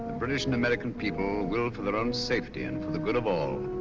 british and american people will, for their own safety and for the good of all,